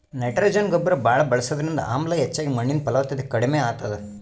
nitrogen ಗೊಬ್ಬರ್ ಭಾಳ್ ಬಳಸದ್ರಿಂದ ಆಮ್ಲ ಹೆಚ್ಚಾಗಿ ಮಣ್ಣಿನ್ ಫಲವತ್ತತೆ ಕಡಿಮ್ ಆತದ್